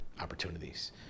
opportunities